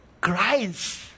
christ